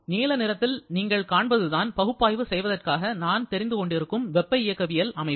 நீல நிறத்தில் நீங்கள் காண்பது தான் பகுப்பாய்வு செய்வதற்காக நான் தெரிந்து கொண்டிருக்கும் வெப்ப இயக்கவியல் அமைப்பு